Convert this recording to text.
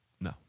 No